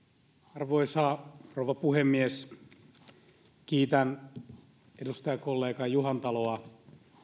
arvoisa rouva puhemies kiitän edustajakollega juhantaloa